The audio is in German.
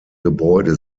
gebäude